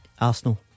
Arsenal